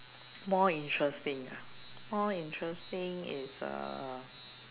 more interesting more interesting is uh